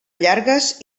llargues